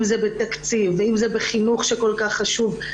אם זה בתקציב ואם זה בחינוך שכל כך חשוב.